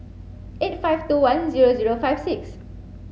eight five two one zero zero five six